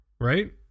right